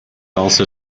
also